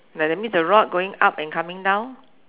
that mean the rod going up and coming down